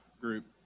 group